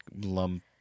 Lump